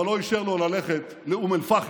אבל לא אישר לו ללכת לאום אל-פחם.